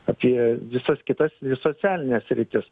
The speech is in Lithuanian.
apie visas kitas socialines sritis